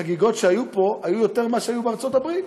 החגיגות שהיו פה היו יותר מאשר בארצות-הברית.